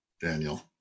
Daniel